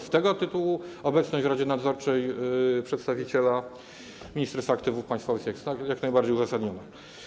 Z tego tytułu obecność w radzie nadzorczej przedstawiciela Ministerstwa Aktywów Państwowych jest jak najbardziej uzasadniona.